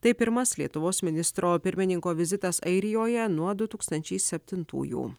tai pirmas lietuvos ministro pirmininko vizitas airijoje nuo du tūkstančiai septintųjų